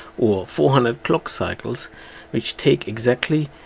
or four hundred clock cycles which takes exactly